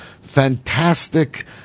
fantastic